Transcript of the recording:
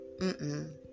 Mm-mm